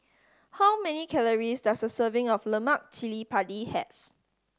how many calories does a serving of lemak cili padi have